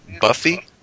Buffy